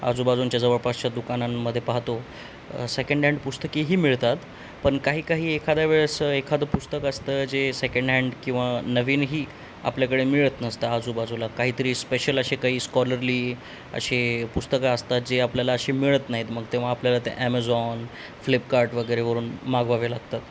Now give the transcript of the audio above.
आजूबाजूच्या जवळपासच्या दुकानांमधे पाहतो सेकंड हँड पुस्तकेही मिळतात पण काही काही एखाद्या वेळेसं एखादं पुस्तकं असतं जे सेकंड हँड किंवा नवीनही आपल्याकडे मिळत नसतं आजूबाजूला काहीतरी स्पेशल असे काही स्कॉलरली असे पुस्तकं असतात जे आपल्याला असे मिळत नाहीत मग तेव्हा आपल्याला ते ॲमेझॉन फ्लिपकार्ट वगैरेवरून मागवावे लागतात